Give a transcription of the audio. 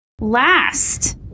Last